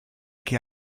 che